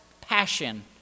passion